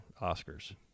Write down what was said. Oscars